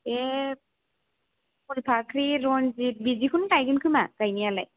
बे फुलफाख्रि रन्जित बिदिखौनो गायगोन खोमा गायनायालाय